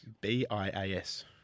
B-I-A-S